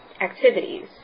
activities